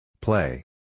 Play